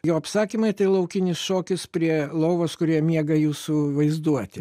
jo apsakymai tai laukinis šokis prie lovos kurioje miega jūsų vaizduotė